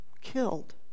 killed